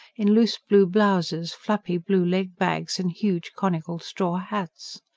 in loose blue blouses, flappy blue leg-bags and huge conical straw hats.